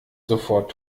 sofort